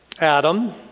Adam